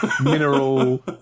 mineral